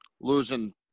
losing –